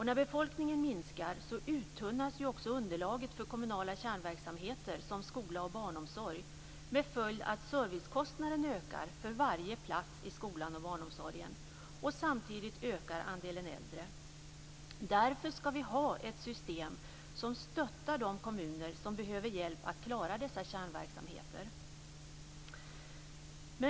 När befolkningen minskar uttunnas ju också underlaget för kommunala kärnverksamheter som skola och barnomsorg med följd att servicekostnaden ökar för varje plats i skolan och i barnomsorgen. Samtidigt ökar andelen äldre. Därför skall vi ha ett system som stöttar de kommuner som behöver hjälp att klara dessa kärnverksamheter.